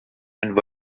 and